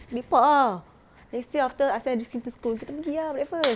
lepak ah next year after I send riskin to school kita pergi ah breakfast